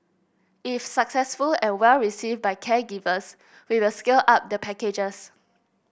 if successful and well received by caregivers we will scale up the packages